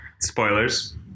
spoilers